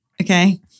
Okay